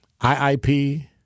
IIP